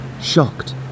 shocked